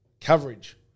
coverage